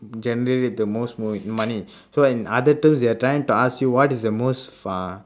generate the most mon~ money so in other terms they are trying to ask what is the most fun